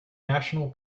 national